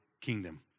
kingdom